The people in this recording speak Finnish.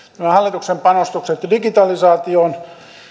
nämä hallituksen panostukset digitalisaatioon